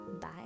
Bye